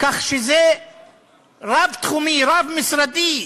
כך שזה רב-תחומי, רב-משרדי.